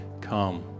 come